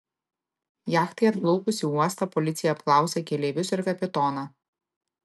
jachtai atplaukus į uostą policija apklausė keleivius ir kapitoną